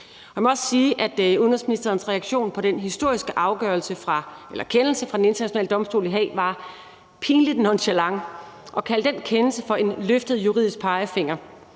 Jeg må også sige, at udenrigsministerens reaktion på den historiske kendelse fra Den Internationale Domstol i Haag var pinligt nonchalant, nemlig i forhold til at kalde den kendelse for en løftet juridisk pegefinger,